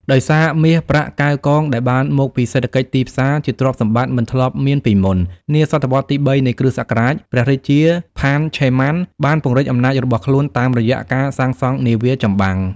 ដោយសារ មាស ប្រាក់ កែវកង ដែលបានមកពី សេដ្ឋកិច្ចទីផ្សារ ជាទ្រព្យសម្បត្តិមិនធ្លាប់មានពីមុន នាសតវត្សរ៍ទី៣ នៃគ្រិស្តសករាជ ព្រះរាជា ផាន ឆេ ម៉ាន បានពង្រីកអំណាចរបស់ខ្លួនតាមរយៈការសាងសង់នាវាចម្បាំង។